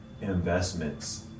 investments